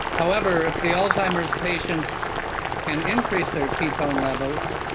however, if the alzheimer's patients can increase their ketone levels,